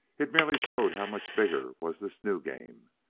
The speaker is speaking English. it merely showed how much bigger was this new game,